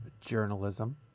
journalism